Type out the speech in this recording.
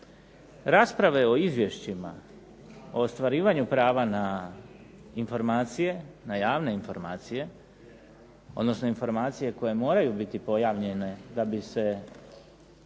Rasprave o izvješćima, o ostvarivanju prava na informacije, na javne informacije, odnosno informacije koje moraju biti pojavljene da bi se